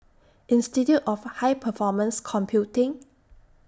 Institute of High Performance Computing